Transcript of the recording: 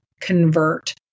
convert